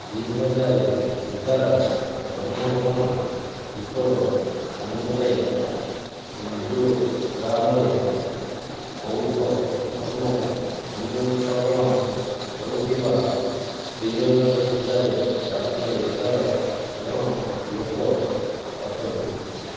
ଦୁଇହଜାର ଏଗାର ଜନଗଣନା ରିପୋର୍ଟ ଅନୁଯାୟୀ ମିଜୋରାମରେ ବୌଦ୍ଧ ଧର୍ମ ଅନୁସରଣ କରୁଥିବା ତେୟାଲାବେ ହଜାର ଚାରିଶହ ଏଗାର ଜଣ ଲୋକ ଅଛନ୍ତି